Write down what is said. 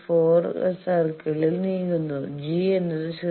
4 സർക്കിളിൽ നീങ്ങുന്നു G എന്നത് 0